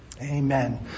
Amen